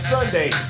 Sunday